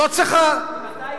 לא צריכה.